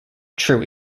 true